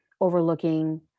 overlooking